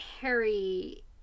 Harry